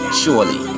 surely